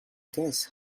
guess